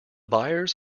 buyers